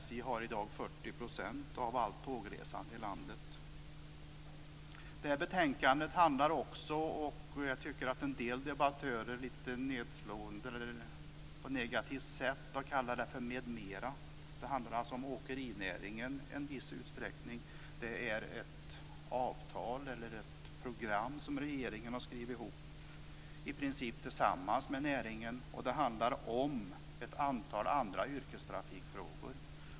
SJ Det här betänkandet handlar också - en del debattörer har lite nedslående och på ett negativt sätt kallat det för "med mera" - om åkerinäringen i viss utsträckning. Det är ett program som regeringen har skrivit ihop i princip tillsammans med näringen. Det handlar om ett antal andra yrkestrafikfrågor.